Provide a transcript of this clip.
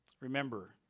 Remember